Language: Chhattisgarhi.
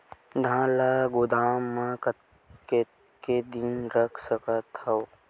धान ल गोदाम म कतेक दिन रख सकथव?